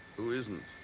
who isn't?